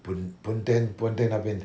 pun~ pontian pontian 那边